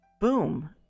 boom